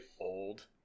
old